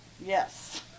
Yes